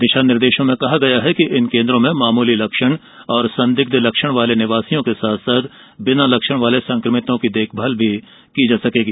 दिशा निर्देशों में कहा गया है कि इन केन्द्रों में मामूली लक्षण और संदिग्ध लक्षण वाले निवासियों के साथ साथ बिना लक्षण वाले संक्रमितों की देखभाल की जा सकेगी